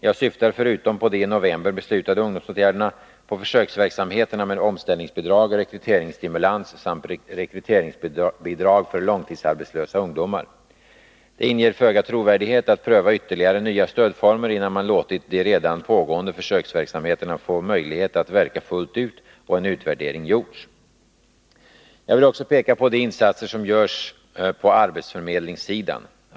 Jag syftar, förutom på de i november beslutade ungdomsåtgärderna, på försöksverksamheterna med omställningsbidrag, rekryteringsstimulans samt rekryteringsbidrag för långtidsarbetslösa ungdomar. Det inger föga trovärdighet att pröva ytterligare nya stödformer innan man låtit de redan pågående försöksverksamheterna få möjlighet att verka fullt ut och en utvärdering gjorts. Jag vill också peka på de insatser som görs på arbetsförmedlingssidan.